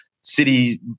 city